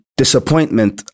disappointment